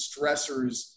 stressors